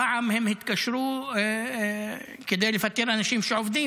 פעם הם התקשרו כדי לפטר אנשים שעובדים.